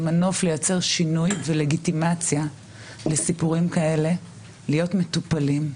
זה מנוף לייצר שינוי ולגיטימציה לסיפורים כאלה להיות מטופלים.